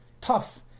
tough